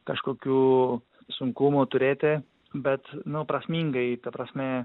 kažkokių sunkumų turėti bet nu prasmingai ta prasme